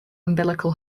umbilical